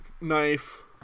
knife